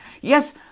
Yes